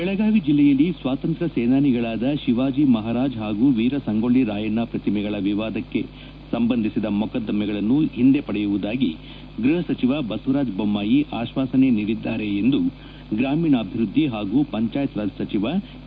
ಬೆಳಗಾವಿ ಜಿಲ್ಲೆಯಲ್ಲಿ ಸ್ವಾತಂತ್ರ್ಯ ಸೇನಾನಿಗಳಾದ ಶಿವಾಜಿ ಮಹಾರಾಜ್ ಹಾಗೂ ವೀರ ಸಂಗೊಳ್ಳ ರಾಯಣ್ಣ ಪ್ರತಿಮೆಗಳ ವಿವಾದಕ್ಷೆ ಸಂಬಂಧಿಸಿದ ಮೊಕದ್ದಮೆಗಳನ್ನು ಹಿಂದೆ ಪಡೆಯುವುದಾಗಿ ಗೃಹ ಸಚಿವ ಬಸವರಾಜ್ ಬೊಮ್ಬಾಯಿ ಆಶ್ವಾಸನೆ ನೀಡಿದ್ದಾರೆ ಎಂದು ಗ್ರಾಮೀಣಾಭಿವೃದ್ದಿ ಹಾಗೂ ಪಂಚಾಯತ್ ರಾಜ್ ಸಚಿವ ಕೆ